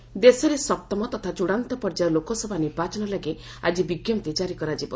notification ଦେଶରେ ସପ୍ତମ ତଥା ଚୂଡ଼ାନ୍ତ ପର୍ଯ୍ୟାୟ ଲୋକସଭା ନିର୍ବାଚନ ଲାଗି ଆକି ବିଞ୍ଜପ୍ତି କାରି କରାଯିବ